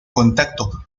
contacto